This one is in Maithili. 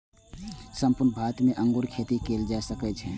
संपूर्ण भारत मे अंगूर खेती कैल जा सकै छै